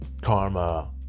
karma